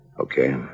Okay